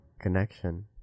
connection